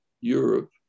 Europe